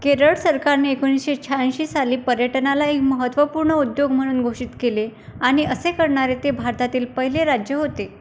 केरळ सरकारने एकोणीशे शहाऐंशी साली पर्यटनाला एक महत्त्वपूर्ण उद्योग म्हणून घोषित केले आणि असे करणारे ते भारतातील पहिले राज्य होते